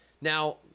Now